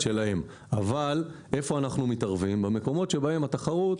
שלהם אבל אנחנו מתערבים במקומות בהם התחרות